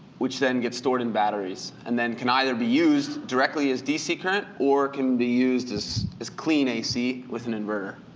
which then get stored in batteries, and then can either be used directly as dc current or can be used as as clean ac with an inverter.